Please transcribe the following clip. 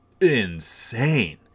insane